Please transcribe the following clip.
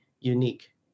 unique